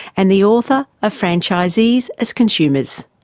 and the author of franchisees as consumers.